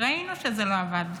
ראינו שזה לא עבד.